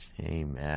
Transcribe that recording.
Amen